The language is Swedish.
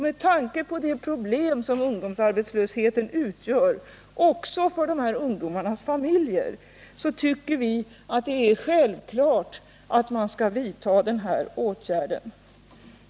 Med tanke på de problem som ungdomsarbetslösheten utgör också för ungdomarnas familjer anser vi att det är självklart att man vidtar den här åtgärden.